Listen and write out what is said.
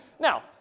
Now